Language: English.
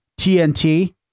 TNT